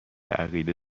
عقیده